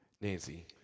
Nancy